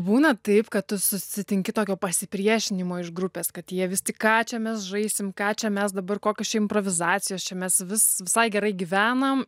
būna taip kad tu susitinki tokio pasipriešinimo iš grupės kad jie vis tik ką čia mes žaisim ką čia mes dabar kokios čia improvizacijos čia mes vis visai gerai gyvenam